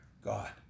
God